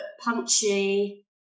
punchy